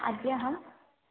अद्य अहम्